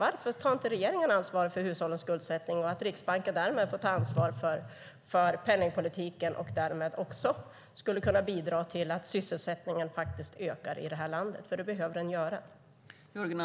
Varför tar inte regeringen ansvar för hushållens skuldsättning, så att Riksbanken därmed får ta ansvar för penningpolitiken och därmed också skulle kunna bidra till att sysselsättningen faktiskt ökar i det här landet? Det behöver den göra.